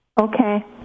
okay